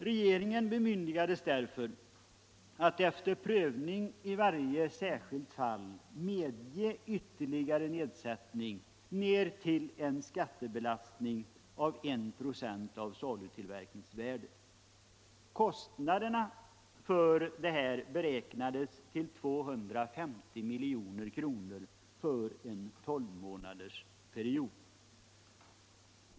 Regeringen bemyndigades därför att efter prövning i varje enskilt fall medge ytterligare nedsättning ned till en skattebelastning av 1 ?6 av salutillverkningsvärdet. Kostnaderna för detta beräknades till 250 milj.kr. för en tolvmånadersperiod.